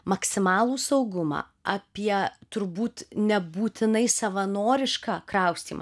maksimalų saugumą apie turbūt nebūtinai savanorišką kraustymą